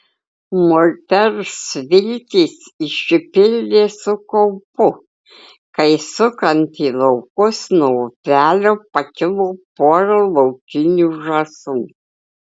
moters viltys išsipildė su kaupu kai sukant į laukus nuo upelio pakilo pora laukinių žąsų